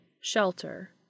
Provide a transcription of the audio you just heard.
shelter